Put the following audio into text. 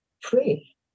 free